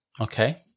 Okay